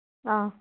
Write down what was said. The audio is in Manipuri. ꯑꯥ